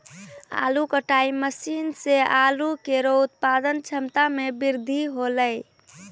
आलू कटाई मसीन सें आलू केरो उत्पादन क्षमता में बृद्धि हौलै